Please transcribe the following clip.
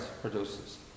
produces